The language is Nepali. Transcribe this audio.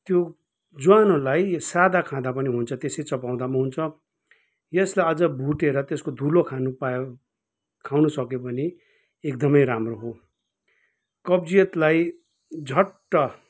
त्यो ज्वानोलाई यो सादा खाँदा पनि हुन्छ त्यसै चबाउँदा पनि हुन्छ यसलाई अझ भुटेर त्यसको धुलो खानु पायो खानुसक्यो भने एकदमै राम्रो हो कब्जियतलाई झट्ट